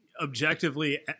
Objectively